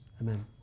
Amen